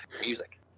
music